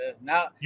Now